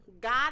God